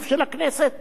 זה אלף-בית.